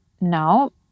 No